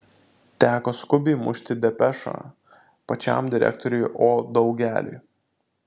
teko skubiai mušti depešą pačiam direktoriui o daugeliui